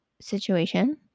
situation